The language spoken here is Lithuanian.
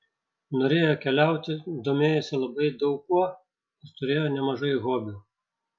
norėjo keliauti domėjosi labai daug kuo ir turėjo nemažai hobių